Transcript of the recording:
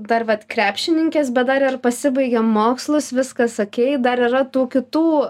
dar vat krepšininkės bet dar ir pasibaigė mokslus viskas okei dar yra tų kitų